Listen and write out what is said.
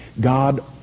God